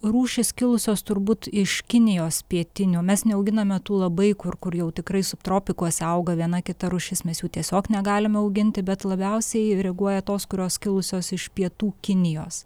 rūšys kilusios turbūt iš kinijos pietinių mes neauginame tų labai kur kur jau tikrai subtropikuose auga viena kita rūšis mes jų tiesiog negalime auginti bet labiausiai reaguoja tos kurios kilusios iš pietų kinijos